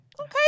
Okay